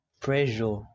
pressure